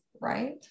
right